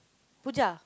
puja